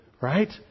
right